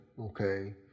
okay